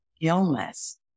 illness